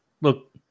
Look